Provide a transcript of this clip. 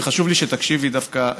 וחשוב לי שתקשיבי דווקא,